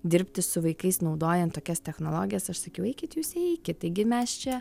dirbti su vaikais naudojant tokias technologijas aš sakiau eikit jūs eikit taigi mes čia